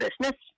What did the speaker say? business